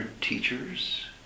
teachers